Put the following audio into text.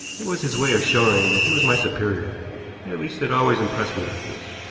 it was his way of showing that he was my superior at least, it always impressed me like this.